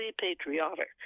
patriotic